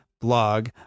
blog